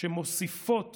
שמוסיפות